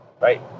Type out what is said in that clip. Right